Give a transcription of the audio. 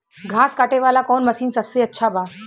घास काटे वाला कौन मशीन सबसे अच्छा बा?